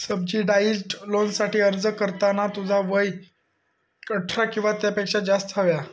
subsidised लोनसाठी अर्ज करताना तुझा वय अठरा किंवा त्यापेक्षा जास्त हव्या